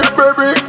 baby